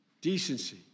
decency